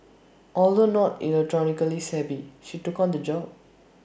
although not electronically savvy she took on the job